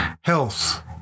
health